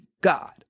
God